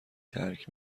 ترک